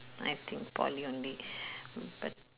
I think poly only but